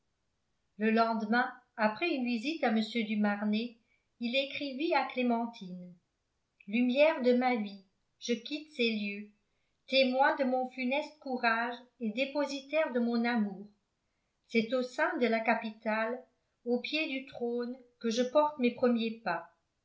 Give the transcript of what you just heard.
le lendemain après une visite à mr du marnet il écrivit à clémentine lumière de ma vie je quitte ces lieux témoins de mon funeste courage et dépositaires de mon amour c'est au sein de la capitale au pied du trône que je porte mes premiers pas